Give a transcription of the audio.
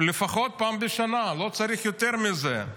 לפחות פעם בשנה, לא צריך יותר מזה.